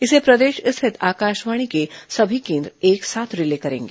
इसे प्रदेश स्थित आकाशवाणी के सभी केंद्र एक साथ रिले करेंगे